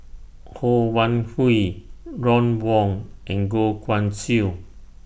Ho Wan Hui Ron Wong and Goh Guan Siew